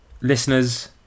listeners